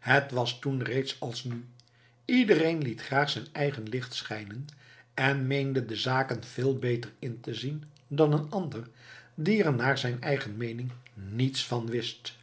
het was toen reeds als nu iedereen liet graag zijn eigen licht schijnen en meende de zaken veel beter in te zien dan een ander die er naar zijne meening niets van wist